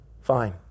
Fine